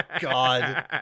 God